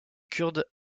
kurdes